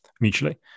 mutually